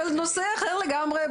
בנושא אחר לגמרי,